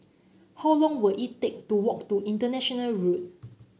how long will it take to walk to International Road